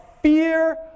fear